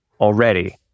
already